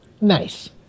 Nice